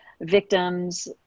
victims